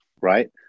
right